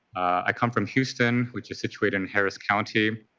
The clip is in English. i come from houston, which is situated in harris county.